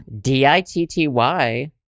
D-I-T-T-Y